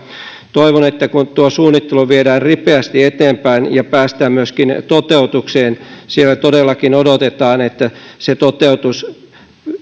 toivon että kun tuo suunnittelu viedään ripeästi eteenpäin päästään myöskin toteutukseen siellä todellakin odotetaan että se toteutus